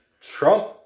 Trump